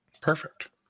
Perfect